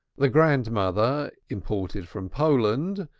the grandmother, imported from poland,